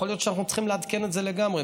יכול להיות שאנחנו צריכים לעדכן את זה לגמרי.